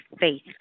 faith